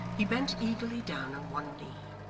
he bent eagerly down on one knee,